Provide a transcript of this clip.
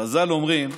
חז"ל אומרים: